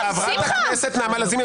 חברת הכנסת נעמה לזימי,